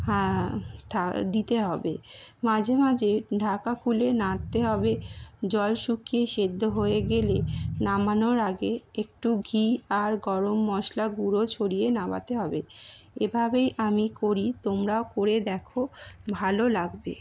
হ্যাঁ দিতে হবে মাঝে মাঝে ঢাকা খুলে নাড়তে হবে জল শুকিয়ে সেদ্দ হয়ে গেলে নামানোর আগে একটু ঘি আর গরম মশলা গুঁড়ো ছড়িয়ে নাবাতে হবে এভাবেই আমি করি তোমরাও করে দেখো ভালো লাগবে